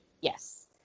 Yes